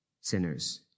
sinners